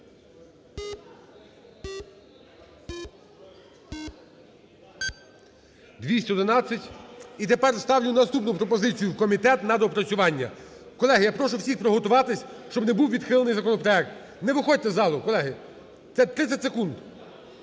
211. І тепер ставлю наступну пропозицію: в комітет на доопрацювання. Колеги, я прошу всіх приготуватись, щоб не був відхилений законопроект. Не виходьте із залу, колеги, це 30 секунд.